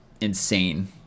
insane